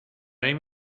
این